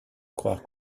croire